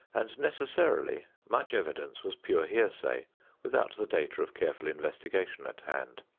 and necessarily, much evidence was pure hearsay without the data of careful investigation at hand.